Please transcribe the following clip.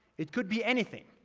it could be anything.